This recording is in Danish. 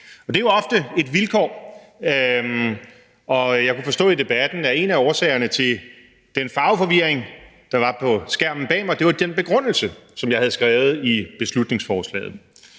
Det er jo ofte et vilkår. Og jeg kunne forstå på debatten, at en af årsagerne til den farveforvirring, der var på skærmen bag mig, var den begrundelse, som jeg havde skrevet i beslutningsforslaget.